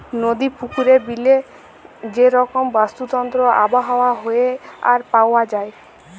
নদি, পুকুরে, বিলে যে রকম বাস্তুতন্ত্র আবহাওয়া হ্যয়ে আর পাওয়া যায়